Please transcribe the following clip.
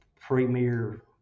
premier